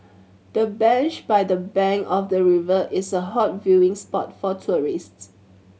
the bench by the bank of the river is a hot viewing spot for tourists